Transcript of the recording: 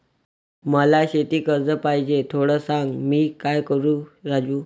मला शेती कर्ज पाहिजे, थोडं सांग, मी काय करू राजू?